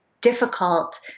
difficult